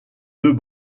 deux